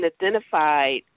identified